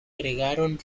agregaron